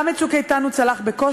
גם את "צוק איתן" הוא צלח בקושי,